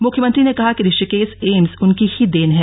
मुख्यमंत्री ने कहा कि ऋषिकेश एम्स उनकी ही देन है